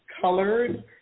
colored